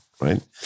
Right